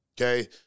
Okay